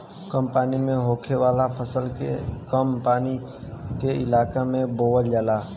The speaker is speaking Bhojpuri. कम पानी में होखे वाला फसल के कम पानी के इलाके में बोवल जाला